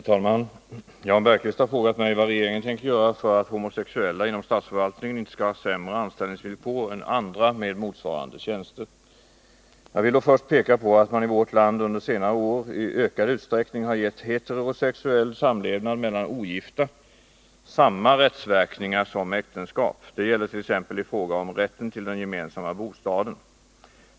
Herr talman! Jan Bergqvist har frågat mig vad regeringen tänker göra för att homosexuella inom statsförvaltningen inte skall ha sämre anställningsvillkor än andra med motsvarande tjänster. Jag vill då först peka på att man i vårt land under senare år i ökad utsträckning har gett heterosexuell samlevnad mellan ogifta samma rätts 123 verkningar som äktenskap. Det gäller t.ex. i fråga om rätten till den gemensamma bostaden.